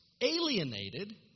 alienated